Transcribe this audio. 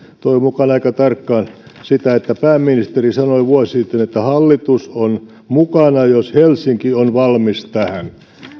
toivon mukaan aika tarkkaan että pääministeri sanoi vuosi sitten että hallitus on mukana jos helsinki on valmis tähän